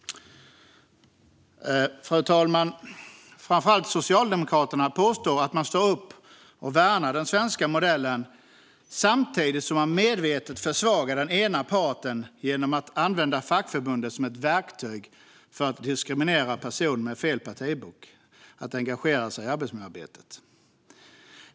Fru talman! Framför allt Socialdemokraterna påstår att man står upp för och värnar den svenska modellen, samtidigt som man medvetet försvagar den ena parten genom att använda fackförbunden som ett verktyg för att diskriminera personer med fel partibok och hindra dem från att engagera sig i arbetsmiljöarbetet.